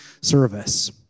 service